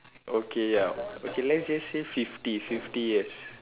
okay ya okay let's just say fifty fifty years